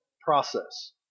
process